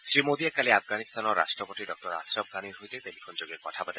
শ্ৰীমোডীয়ে কালি আফগানিস্তানৰ ৰাষ্ট্ৰপতি ডঃ আশ্ৰফ ঘানিৰ সৈতে টেলিফোনযোগে কথা পাতে